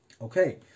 Okay